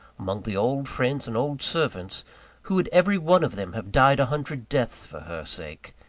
among the old friends and old servants who would every one of them have died a hundred deaths for her sake,